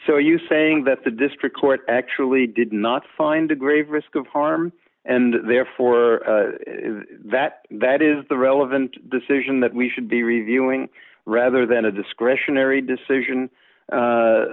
so you saying that the district court actually did not find a grave risk of harm and therefore that that is the relevant decision that we should be reviewing rather than a discretionary decision a